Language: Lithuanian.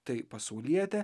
tai pasaulietė